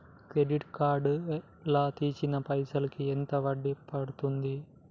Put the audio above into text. Credit card లా తీసిన పైసల్ కి ఎంత వడ్డీ పండుద్ధి?